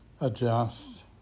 adjust